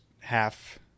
half